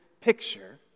picture